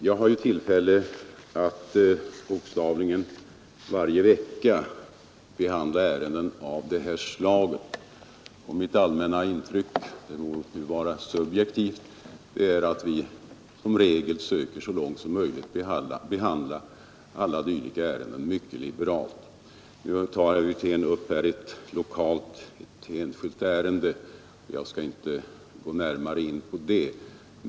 Jag har tillfälle att bokstavligen varje vecka behandla ärenden av detta slag, och mitt allmänna intryck — det må vara subjektivt eller inte — är att vi försöker att så långt möjligt behandla alla sådana här ärenden mycket liberalt. Herr Wirtén har här tagit upp ett lokalt, enskilt ärende, och jag skall inte gå närmare in på det.